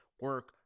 Work